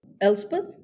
Elspeth